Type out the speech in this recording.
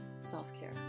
self-care